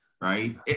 right